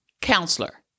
counselor